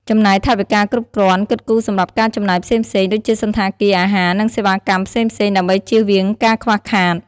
ចំណាយថវិកាគ្រប់គ្រាន់ គិតគូរសម្រាប់ការចំណាយផ្សេងៗ ដូចជាសណ្ឋាគារ អាហារ និងសេវាកម្មផ្សេងៗ ដើម្បីជៀសវាងការខ្វះខាត។